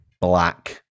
black